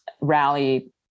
rally